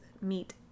meet